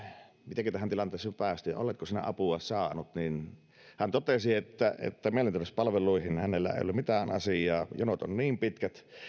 mitenkä tähän tilanteeseen on päästy ja oletko sinä apua saanut niin hän totesi että mielenterveyspalveluihin hänellä ei ole mitään asiaa jonot ovat niin pitkät